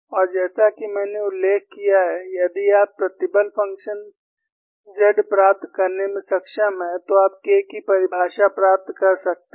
और जैसा कि मैंने उल्लेख किया है यदि आप प्रतिबल फ़ंक्शन Z प्राप्त करने में सक्षम हैं तो आप K की परिभाषा प्राप्त कर सकते हैं